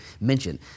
mention